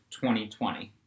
2020